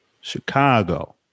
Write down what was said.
Chicago